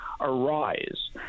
arise